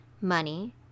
money